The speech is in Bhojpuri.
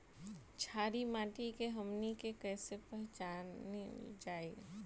छारी माटी के हमनी के कैसे पहिचनल जाइ?